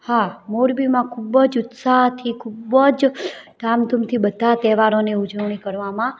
હા મોરબીમાં ખૂબ જ ઉત્સાહથી ખૂબ જ ધામધૂમથી બધા તહેવારોની ઉજવણી કરવામાં